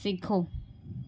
सीखो